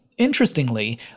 Interestingly